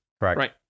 right